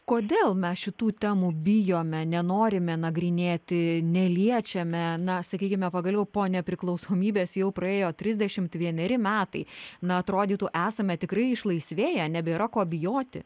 kodėl mes šitų temų bijome nenorime nagrinėti neliečiame na sakykime pagaliau po nepriklausomybės jau praėjo trisdešimt vieneri metai na atrodytų esame tikrai išlaisvėję nebėra ko bijoti